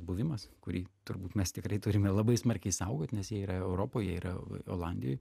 buvimas kurį turbūt mes tikrai turime labai smarkiai saugot nes jie yra europoje jie yra olandijoj